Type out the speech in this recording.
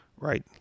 Right